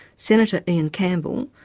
senator ian campbell,